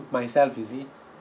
myself is it